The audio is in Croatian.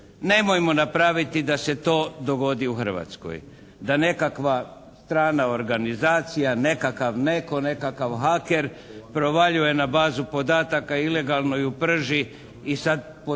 Nemojmo napraviti da se to dogodi u Hrvatskoj. Da nekakva strana organizacija, nekakav netko, nekakav haker provaljuje na bazu podataka, ilegalno ju prži i sad pod klupom